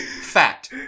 fact